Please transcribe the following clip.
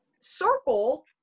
circle